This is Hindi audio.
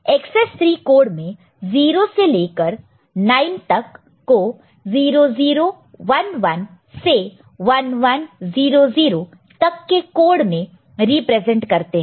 एकसेस 3 कोड में 0 से लेकर 9 तक को 0 0 1 1 से 1 1 0 0 तक के कोड में रिप्रेजेंट करते हैं